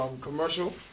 commercial